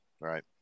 Right